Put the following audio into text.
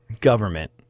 government